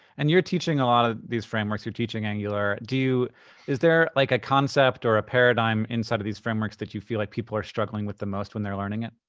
and you're teaching a lot of these frameworks. you're teaching angular. is there, like, a concept or a paradigm inside of these frameworks that you feel like people are struggling with the most when they're learning it?